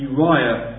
Uriah